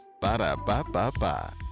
Ba-da-ba-ba-ba